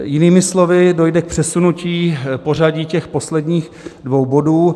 Jinými slovy, dojde k přesunutí pořadí posledních dvou bodů.